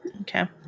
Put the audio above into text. Okay